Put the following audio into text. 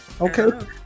okay